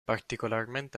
particolarmente